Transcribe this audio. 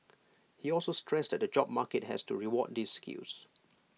he also stressed that the job market has to reward these skills